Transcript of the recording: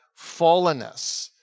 fallenness